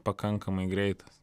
pakankamai greitas